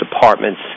departments